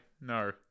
no